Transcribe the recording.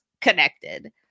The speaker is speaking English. connected